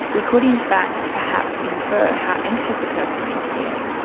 we could in fact perhaps infer how anxious person is feeling.